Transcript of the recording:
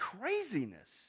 craziness